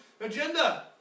agenda